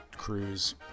cruise